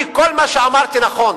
כל מה שאמרתי נכון.